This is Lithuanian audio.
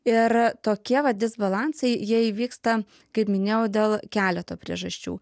ir tokie vat disbalansai jie įvyksta kaip minėjau dėl keleto priežasčių